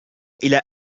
إلى